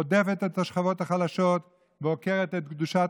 רודפת את השכבות החלשות ועוקרת את קדושת